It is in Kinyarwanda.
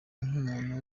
nk’umuntu